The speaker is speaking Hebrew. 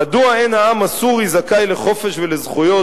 "'מדוע אין העם הסורי זכאי לחופש ולזכויות